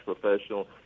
professional